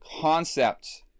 concepts